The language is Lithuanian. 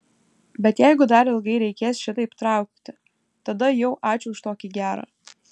bet jeigu dar ilgai reikės šitaip traukti tada jau ačiū už tokį gerą